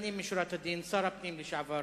לפנים משורת הדין, שר הפנים לשעבר.